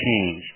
Change